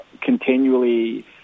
continually